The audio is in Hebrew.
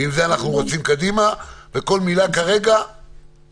ועם זה אנחנו רצים קדימה, וכל מילה כרגע מיותרת.